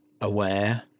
aware